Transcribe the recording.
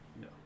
No